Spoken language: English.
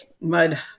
mud